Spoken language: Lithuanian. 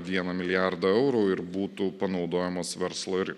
vieną milijardą eurų ir būtų panaudojamos verslo ir